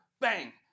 Bang